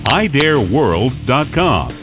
iDareWorld.com